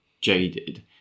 jaded